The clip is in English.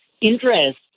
interest